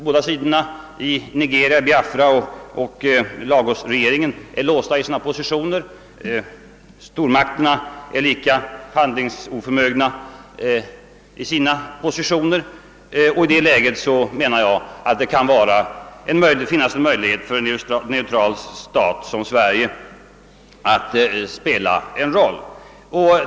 Båda sidorna i Nigeria, Biafra och La Sosregeringen, är låsta i sina positioner, och stormakterna är lika handlingsoförmögna. I detta läge kan det enligt min mening finnas en möjlighet för en neutral stat som Sverige att spela en roll.